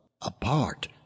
Apart